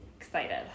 Excited